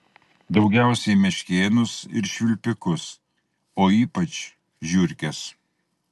daugiausiai meškėnus ir švilpikus o ypač žiurkes